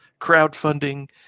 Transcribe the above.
crowdfunding